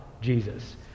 Jesus